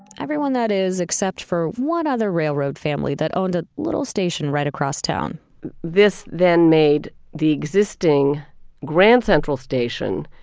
everyone that is except for one other railroad family that owned a little station right across town this then made the existing grand central station,